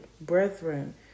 brethren